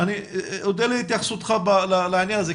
אני אודה להתייחסותך בעניין הזה,